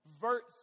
verse